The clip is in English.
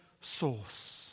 source